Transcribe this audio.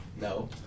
No